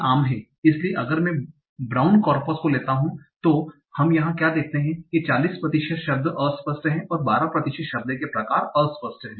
इसलिए अगर मैं ब्राउन कोर्पस को लेता हूं तो हम यहा क्या देखते हैं कि 40 प्रतिशत शब्द अस्पष्ट हैं और 12 प्रतिशत शब्द के प्रकार अस्पष्ट हैं